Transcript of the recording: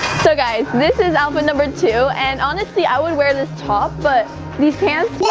so guys, this is outfit number two and honestly, i would wear this top but, these pants. what